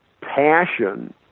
passion